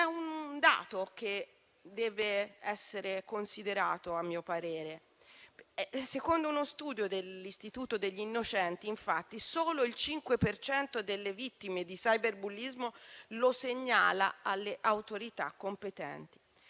C'è un dato che deve essere considerato, a mio parere: secondo uno studio dell'Istituto degli innocenti, infatti, solo il 5 per cento delle vittime di cyberbullismo lo segnala alle autorità competenti.